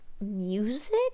music